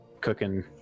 cooking